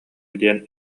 диэн